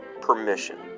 permission